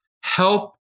help